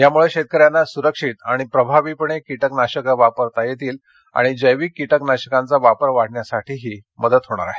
यामुळे शेतकऱ्याना सुरक्षित आणि प्रभावीपणे कीटकनाशके वापरता येतील आणि जैविक कीटकनाशकांचा वापर वाढण्यासाठीही मदत होणार आहे